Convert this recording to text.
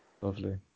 Lovely